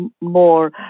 more